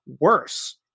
Worse